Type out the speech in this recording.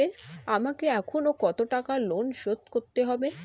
আমাকে এখনো কত টাকা ঋণ শোধ করতে হবে?